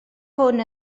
hwn